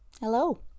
Hello